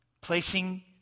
placing